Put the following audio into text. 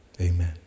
amen